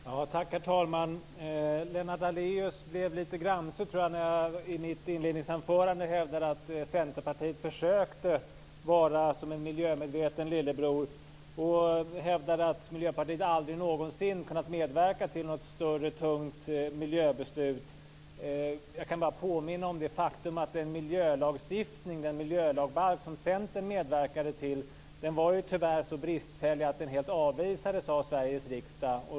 Herr talman! Jag tror att Lennart Daléus blev lite gramse när jag i mitt inledningsanförande hävdade att Centerpartiet försökte vara som en miljömedveten lillebror. Han hävdade att Miljöpartiet aldrig någonsin hade kunnat medverka till något större miljöbeslut. Jag kan bara påminna om det faktum att den miljölagstiftning och miljöbalk som Centern medverkade till tyvärr var så bristfällig att den helt avvisades av Sveriges riksdag.